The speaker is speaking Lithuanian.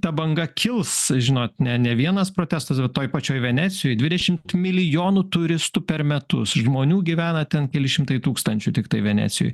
ta banga kils žinot ne ne vienas protestas o toj pačioj venecijoj dvidešimt milijonų turistų per metus žmonių gyvena ten keli šimtai tūkstančių tiktai venecijoj